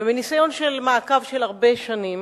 ומניסיון של מעקב של הרבה שנים